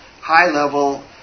high-level